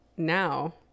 Now